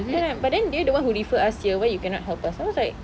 ya but then they are the one who refer us here why you cannot help us so I was like